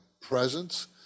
presence